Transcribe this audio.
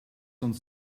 uns